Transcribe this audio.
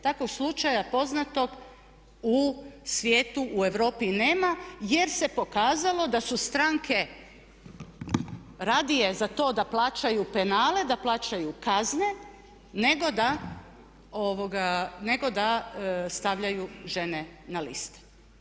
Takvog slučaja poznatog u svijetu u Europi nema jer se pokazalo da su stranke radije za to da plaćaju penale, da plaćaju kazne nego da stavljaju žene na liste.